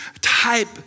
type